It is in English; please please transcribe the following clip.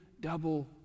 Double